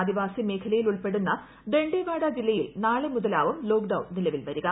ആദിവാസി മേഖലയിൽ ഉൾപ്പെടുന്ന ദണ്ഡേവാഡ ജില്ലയിൽ നാളെ മുതലാവും ലോക്ഡൌൺ നിലവിൽ വരിക